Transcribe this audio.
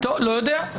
לא יודע.